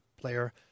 player